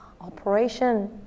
operation